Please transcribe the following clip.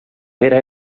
vera